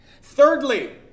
Thirdly